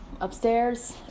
upstairs